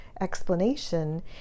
explanation